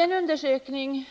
En undersökning